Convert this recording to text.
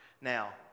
Now